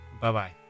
Bye-bye